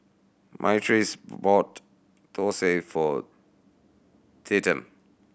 Myrtice bought thosai for Tatum